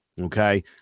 Okay